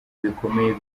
bikomeye